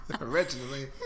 originally